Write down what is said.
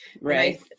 right